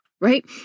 right